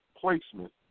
placement